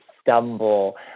stumble